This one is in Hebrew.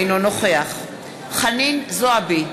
אינו נוכח חנין זועבי,